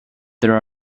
there